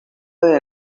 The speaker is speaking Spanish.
desde